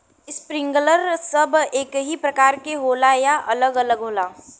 Sprinkler सब एकही प्रकार के होला या अलग अलग होला?